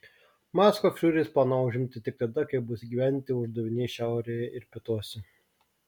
maskvą fiureris planavo užimti tik tada kai bus įgyvendinti uždaviniai šiaurėje ir pietuose